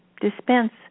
Dispense